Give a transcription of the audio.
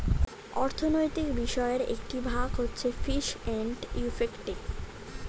অর্থনৈতিক বিষয়ের একটি ভাগ হচ্ছে ফিস এন্ড ইফেক্টিভ